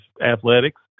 athletics